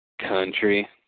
Country